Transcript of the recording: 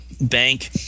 Bank